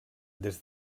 des